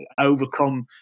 overcome